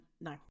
no